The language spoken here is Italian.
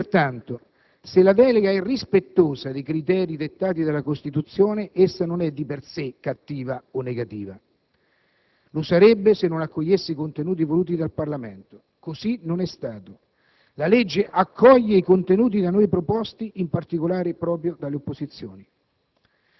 Pertanto, se la delega è rispettosa dei criteri dettati della Costituzione essa non è, di per sé, cattiva o negativa; lo sarebbe se non accogliesse i contenuti voluti dal Parlamento. Così non è stato: la legge accoglie i contenuti da noi proposti, in particolare proprio dalle opposizioni.